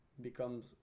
becomes